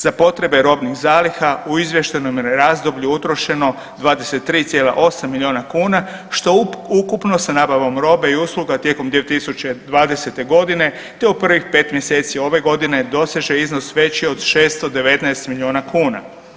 Za potrebe robnih zaliha u izvještajnom je razdoblju utrošeno 23,8 miliona kuna što ukupno sa nabavom robe i usluga tijekom 2020. godine te u prvih 5 mjeseci ove godine doseže iznos veći od 619 miliona kuna.